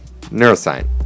Neuroscience